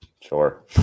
sure